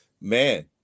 man